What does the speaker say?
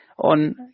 on